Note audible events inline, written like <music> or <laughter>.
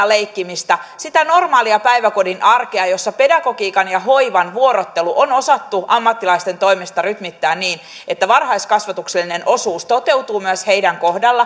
<unintelligible> leikkimistä sitä normaalia päiväkodin arkea jossa pedagogiikan ja hoivan vuorottelu on osattu ammattilaisten toimesta rytmittää niin että varhaiskasvatuksellinen osuus toteutuu myös niiden kohdalla <unintelligible>